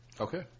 Okay